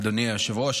אדוני היושב-ראש,